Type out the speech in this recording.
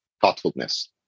thoughtfulness